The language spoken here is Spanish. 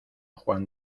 juan